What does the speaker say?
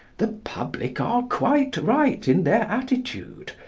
the public are quite right in their attitude.